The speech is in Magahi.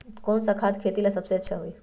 कौन सा खाद खेती ला सबसे अच्छा होई?